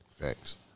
Thanks